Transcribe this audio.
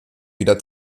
wieder